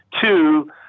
Two